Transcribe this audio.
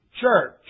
church